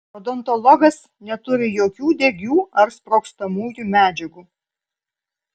odontologas neturi jokių degių ar sprogstamųjų medžiagų